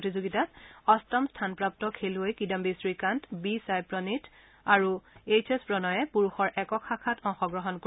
প্ৰতিযোগিতাত অষ্টম স্থানপ্ৰাপু খেলুৱৈ কিদায়ী শ্ৰীকান্ত বি সাই প্ৰণীথ আৰু এইচ এচ প্ৰণয়ে পুৰুষৰ একক শাখাত অংশগ্ৰহণ কৰিব